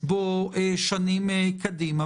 בו שנים קדימה,